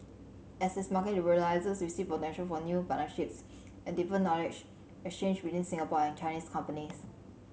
as its market liberalises we see potential for new partnerships and deeper knowledge exchange between Singapore and Chinese companies